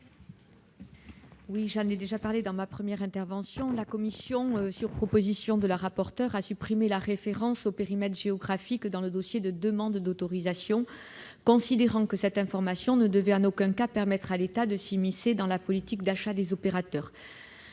présenter l'amendement n° 9 rectifié. La commission, sur proposition de Mme le rapporteur, a supprimé la référence au périmètre géographique dans le dossier de demande d'autorisation, considérant que cette information ne devait en aucun cas permettre à l'État de s'immiscer dans la politique d'achat des opérateurs.